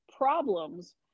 problems